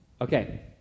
Okay